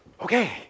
Okay